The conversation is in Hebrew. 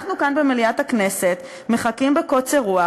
אנחנו כאן במליאת הכנסת מחכים בקוצר רוח,